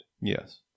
yes